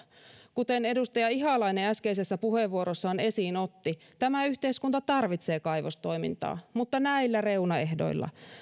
kuten edustaja ihalainen äskeisessä puheenvuorossaan esiin otti tämä yhteiskunta tarvitsee kaivostoimintaa mutta näillä reunaehdoilla